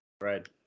right